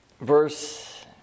verse